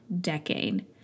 decade